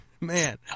man